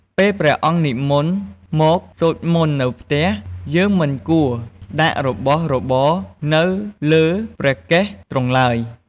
ពេលព្រះអង្គនិមន្តមកសូត្រមន្តនៅផ្ទះ យើងមិនគួរដាក់របស់របរនៅលើព្រះកេសទ្រង់ឡើយ។